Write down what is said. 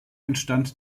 entstand